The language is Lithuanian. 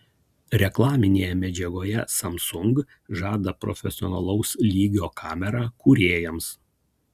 reklaminėje medžiagoje samsung žada profesionalaus lygio kamerą kūrėjams